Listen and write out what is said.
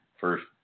first